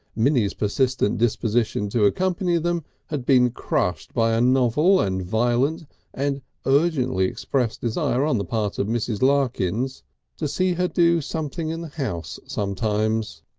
minnie's persistent disposition to accompany them had been crushed by a novel and violent and urgently expressed desire on the part of mrs. larkins to see her do something in the house sometimes.